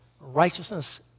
righteousness